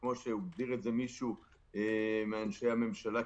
כמו שהגדיר את זה מישהו מאנשי הממשלה,